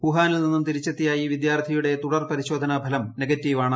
വുഹാനിൽ നിന്നും തിരിച്ചെത്തിയ ഈ വിദ്യാർത്ഥിയുടെ തുടർപരിശോധനാ ഫലം നെഗറ്റീവാണ്